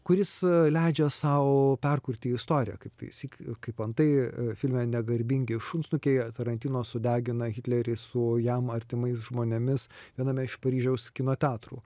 kuris leidžia sau perkurti istoriją kaip taisyklė kaip antai filme negarbingi šunsnukiai tarantino sudegina hitlerį su jam artimais žmonėmis viename iš paryžiaus kino teatrų